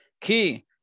Key